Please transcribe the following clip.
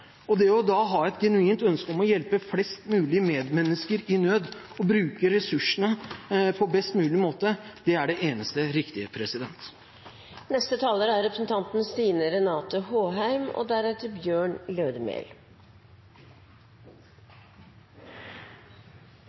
Det å ha et genuint ønske om å hjelpe flest mulig medmennesker i nød og bruke ressursene på best mulig måte er da det eneste riktige. Krigen i Syria har ført til den største flyktningkrisen siden annen verdenskrig. Det er først og